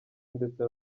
ndetse